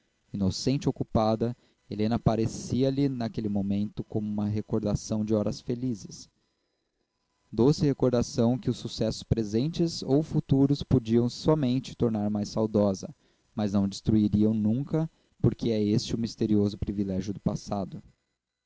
decidido inocente ou culpada helena aparecia-lhe naquele momento como uma recordação das horas felizes doce recordação que os sucessos presentes ou futuros podiam somente tornar mais saudosa mas não destruiriam nunca porque é esse o misterioso privilégio do passado